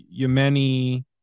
Yemeni